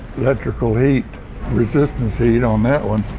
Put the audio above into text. electrical heat resistance heat on that one.